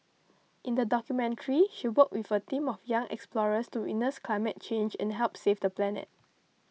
in the documentary she worked with a team of young explorers to witness climate change and help save the planet